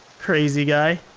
crazy guy.